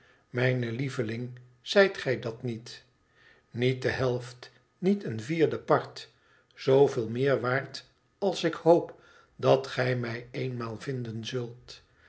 mijne lieveling zijt gij dat niet niet de helft niet een vierdepart zooveel meer waard als ik hoop dat gij mij eenmaal vinden zult